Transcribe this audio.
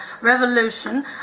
revolution